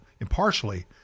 impartially